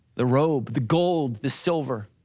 the robe, the gold, the silver,